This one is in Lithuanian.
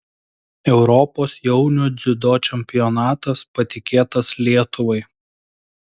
europos jaunių dziudo čempionatas patikėtas lietuvai